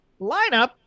Lineup